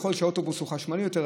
ככל שהאוטובוס הוא חשמלי יותר,